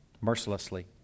mercilessly